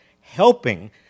helping